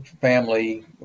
family